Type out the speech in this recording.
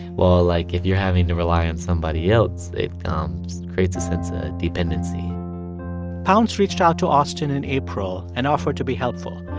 while, like, if you're having to rely on somebody else. it um creates a sense of ah dependency pounce reached out to austin in april and offered to be helpful.